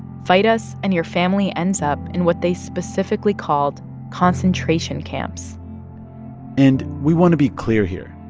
fight us, and your family ends up in what they specifically called concentration camps and we want to be clear here.